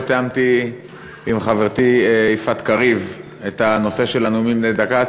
לא תיאמתי עם חברתי יפעת קריב את הנושא של הנאומים בני דקה.